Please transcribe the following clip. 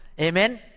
Amen